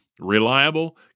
reliable